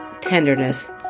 tenderness